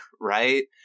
right